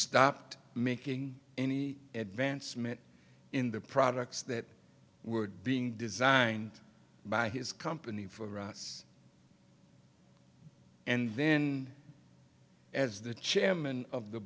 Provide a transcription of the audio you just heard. stopped making any advancement in the products that were being designed by his company for us and then as the chairman of the